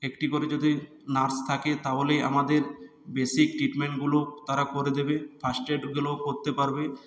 একটি করে যদি নার্স থাকে তাহলেই আমাদের বেসিক ট্রিটমেন্টগুলো তারা করে দেবে ফার্স্টএডগুলো করতে পারবে